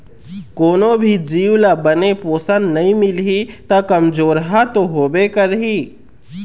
कोनो भी जीव ल बने पोषन नइ मिलही त कमजोरहा तो होबे करही